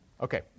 Okay